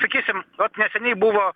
sakysim vat neseniai buvo